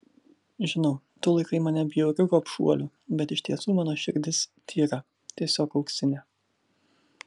žinau tu laikai mane bjauriu gobšuoliu bet iš tiesų mano širdis tyra tiesiog auksinė